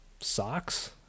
socks